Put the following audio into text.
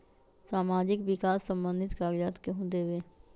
समाजीक विकास संबंधित कागज़ात केहु देबे?